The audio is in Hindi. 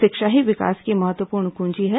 शिक्षा ही विकास की महत्वपूर्ण कुंजी है